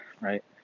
right